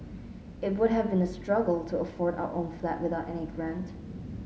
it would have been a struggle to afford our own flat without any grant